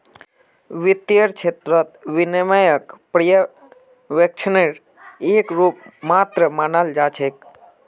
वित्तेर क्षेत्रत विनियमनक पर्यवेक्षनेर एक रूप मात्र मानाल जा छेक